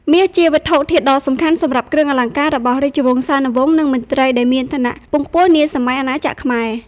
មាស ជាវត្ថុធាតុដ៏សំខាន់សម្រាប់គ្រឿងអលង្ការរបស់រាជវង្សានុវង្ស និងមន្ត្រីដែលមានឋានៈខ្ពង់ខ្ពស់នាសម័យអាណាចក្រខ្មែរ។